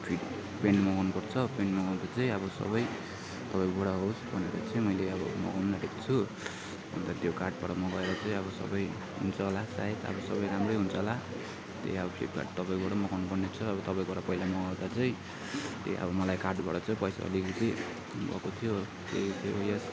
fit pant मगाउनुपर्छ pant मगाउँदा चाहिँ अब सबै तपाईँकोबाट होस् भनेर चाहिँ मैले अब मगाउन आँटेको छु अन्त त्यो कार्डबाट मगाएर चाहिँ अब सबै हुन्छ होला सायद अब सबै राम्रै हुन्छ होला त्यही अब फ्लिपकार्ट तपाईँकोबाट मगाउने पर्नेछ अब तपाईँकोबाट पहिला मगाएको चाहिँ त्यही अब मलाई कार्डबाट चाहिँ पैसा अलिअलि चाहिँ भएको थियो